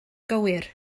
gywir